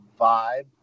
vibe